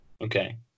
Okay